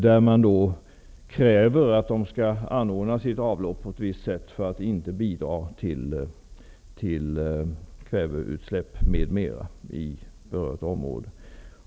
Det krävs alltså att dessa människor skall anordna sina avlopp på viss sätt så att de inte bidrar till kväveutsläppen m.m. i berört område.